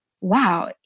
wow